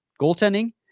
goaltending